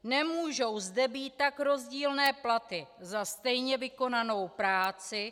Nemůžou zde být tak rozdílné platy za stejně vykonanou práci.